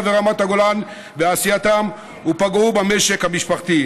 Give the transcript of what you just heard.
ורמת הגולן בעשייתם ופגעו במשק המשפחתי.